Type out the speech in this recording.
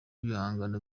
b’ibihangano